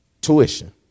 tuition